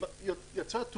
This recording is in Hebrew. משרד הביטחון,